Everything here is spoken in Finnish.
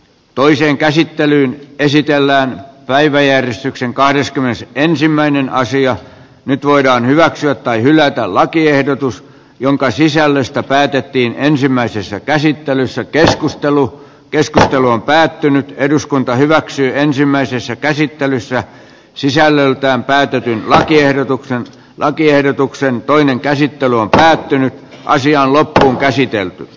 toiseen käsittelyyn esitellään päiväjärjestyksen kahdeskymmenes ensimmäinen asia nyt voidaan hyväksyä tai hylätä lakiehdotus jonka sisällöstä päätettiin ensimmäisessä käsittelyssä keskustelu keskustelu on päättynyt eduskunta hyväksyy ensimmäisessä käsittelyssä sisällöltään päätetyn lakiehdotuksen lakiehdotuksen toinen käsittely on päättynyt naisia on loppuunkäsitelty